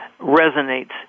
resonates